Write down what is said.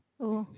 oh